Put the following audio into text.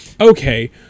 okay